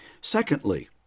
Secondly